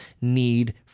need